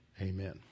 Amen